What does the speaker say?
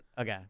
okay